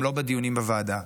גם לא בדיונים בוועדה: